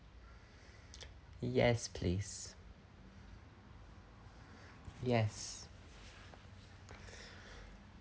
yes please yes